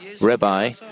Rabbi